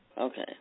Okay